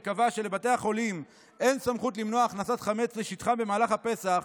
שקבע שלבתי החולים אין סמכות למנוע הכנסת חמץ לשטחה במהלך הפסח,